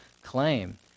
claim